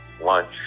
lunch